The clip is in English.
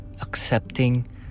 accepting